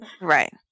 Right